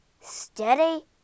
steady